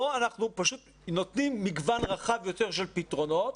פה אנחנו נותנים מגוון רחב יותר של פתרונות,